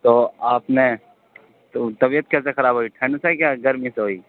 تو آپ نے تو طبیعت کیسے خراب ہو گئی ٹھنڈ سے کہ گرمی سے ہوئی